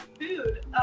food